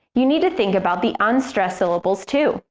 you need to think about the unstressed syllables, too.